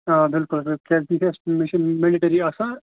آ بِلکُل بِلکُل کیٛازِ یہِ گژھِ مےٚ چھُ مینڈیٹڑی آسان